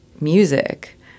music